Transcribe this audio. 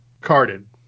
Carded